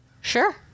Sure